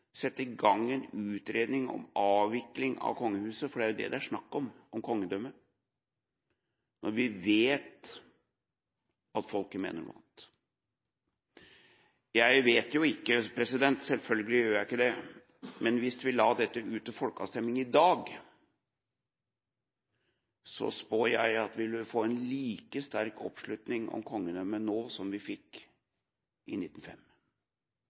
sette i gang en utredning om avvikling av kongehuset – for det er jo det det er snakk om – og om kongedømmet når vi vet at folket mener noe annet. Jeg vet jo ikke, selvfølgelig gjør jeg ikke det, men hvis vi la dette ut til folkeavstemning i dag, spår jeg at vi ville få en like sterk oppslutning om kongedømmet nå som vi fikk i 1905